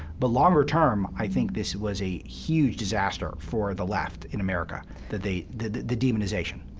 but longer term, i think this was a huge disaster for the left in america, that they the the demonization.